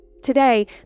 Today